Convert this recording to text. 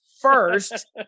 first